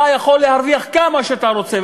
אתה יכול להרוויח כמה שאתה רוצה,